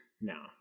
No